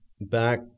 back